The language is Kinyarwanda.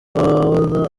paola